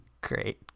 Great